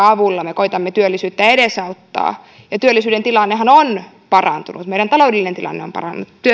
avulla me koetamme työllisyyttä edesauttaa ja työllisyyden tilannehan on parantunut meidän taloudellinen tilanteemme on